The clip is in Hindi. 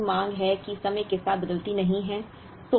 यहां आपकी मांग है कि समय के साथ बदलती नहीं है